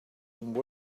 and